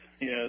yes